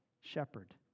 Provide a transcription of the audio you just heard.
shepherd